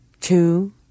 two